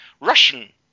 Russian